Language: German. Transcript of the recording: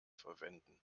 verwenden